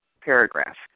paragraph